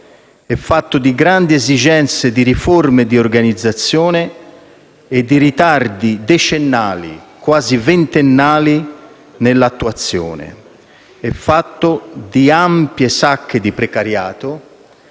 è fatto di grandi esigenze di riforme di organizzazione e di ritardi decennali, quasi ventennali, nell'attuazione; è fatto di ampie sacche di precariato